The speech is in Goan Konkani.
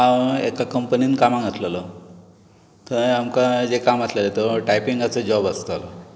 हांव एका कंपनींत कामाक आसललो थंय आमकां हेजें काम आसललें टायपिंगाचो जोब आसतालो